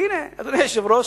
כי הנה, אדוני היושב-ראש,